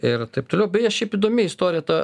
ir taip toliau beja šiaip įdomi istorija ta